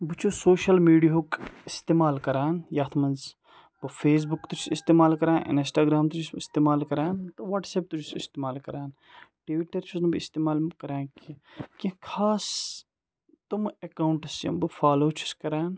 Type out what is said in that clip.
بہٕ چھُس social media ہُک استعمال کَران یَتھ منٛز بہٕ فیس بُک تہِ چھُس استعمال کَران اِنَسٹاگرٛام تہِ چھُس اِستعمال کَران تہٕ وَٹس اَپ تہِ چھُس اِستعمال کَران ٹِویٹَر چھُس نہٕ بہٕ اِستعمال کَران کیٚنٛہہ کیٚنٛہہ خاص تِم ایٚکاوُنٛٹٕس یِم بہٕ فالو چھُس کَران